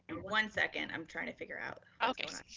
one second, i'm trying to figure out oh okay.